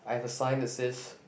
I have a sign that says